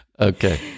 okay